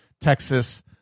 Texas